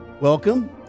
welcome